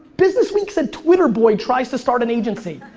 business week said twitter boy tries to start an agency.